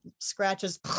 scratches